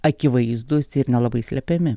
akivaizdūs ir nelabai slepiami